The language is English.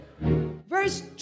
Verse